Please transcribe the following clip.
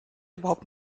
überhaupt